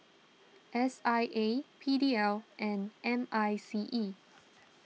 S I A P D L and M I C E